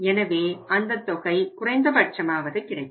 எனவே அந்த தொகை குறைந்தபட்சமாவது கிடைக்கும்